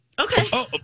okay